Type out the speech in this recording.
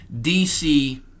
DC